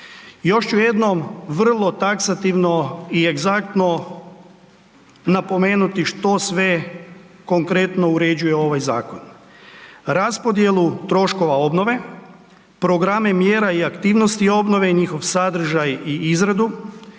Još ću jednom vrlo taksativno i egzaktno napomenuti što sve konkretno uređuje ovaj zakon. Raspodjelu troškova obnove, programe mjera i aktivnosti obnove i njihov sadržaj i izradu,